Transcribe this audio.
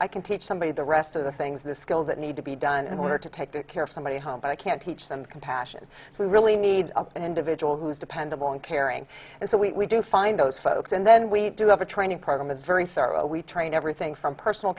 i can teach somebody the rest of the things the skills that need to be done in order to take care of somebody's home but i can't teach them compassion we really need an individual who's dependable and caring and so we do find those folks and then we do have a training program is very thorough we train everything from personal